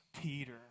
Peter